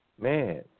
man